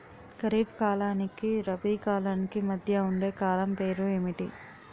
ఖరిఫ్ కాలానికి రబీ కాలానికి మధ్య ఉండే కాలం పేరు ఏమిటి?